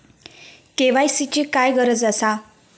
KYC ची काय गरज आसा?